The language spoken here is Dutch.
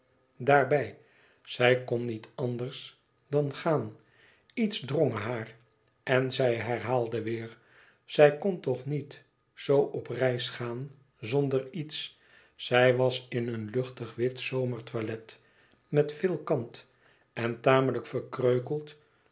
daarbij zij kn niet anders dan gaan iets drong haar en zij herhaalde weêr zij kon toch niet zoo op reis gaan zonder iets zij was in een luchtig wit zomertoilet met veel kant en tamelijk